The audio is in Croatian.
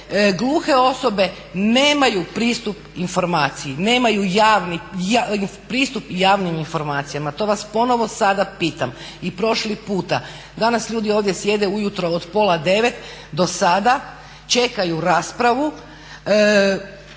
gluhe osobe nemaju pristup informaciji, nemaju pristup javnim informacijama. To vas ponovo sada pitam. I prošli puta, danas ljudi ovdje sjede ujutro od pola devet do sada, čekaju raspravu.